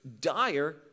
dire